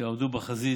הם עמדו בחזית,